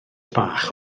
bach